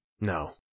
No